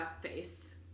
face